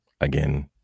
again